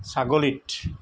ছাগলীত